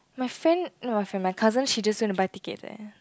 my friend not my friend my cousin she just want to buy ticket there